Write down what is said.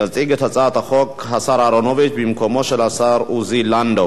יציג את הצעת החוק השר אהרונוביץ במקומו של השר עוזי לנדאו.